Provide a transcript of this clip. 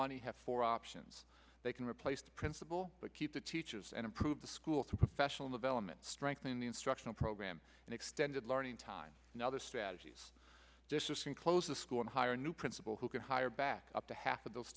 money have four options they can replace the principal but keep the teachers and improve the school to professional development strengthening the instructional program and extended learning time and other strategies decision close the school and hire a new principal who can hire back up to half of those